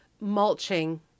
mulching